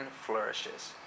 flourishes